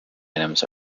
items